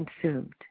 consumed